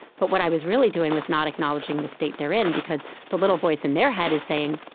but what i was really doing was not acknowledging the state they're in, because the little voice in their head is saying,